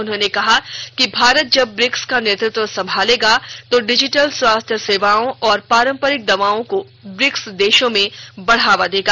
उन्होंने कहा कि भारत जब ब्रिक्स का नेतृत्व संभालेगा तो डिजिटल स्वास्थ्य सेवाओं और पारपरिक दवाओं को ब्रिक्स देशों में बढ़ावा देगा